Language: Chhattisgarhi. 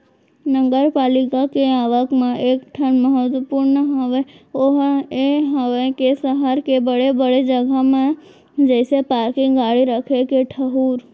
नगरपालिका के आवक म एक ठन महत्वपूर्न हवय ओहा ये हवय के सहर के बड़े बड़े जगा म जइसे पारकिंग गाड़ी रखे के ठऊर